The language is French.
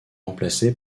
remplacé